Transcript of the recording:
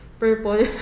purple